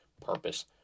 purpose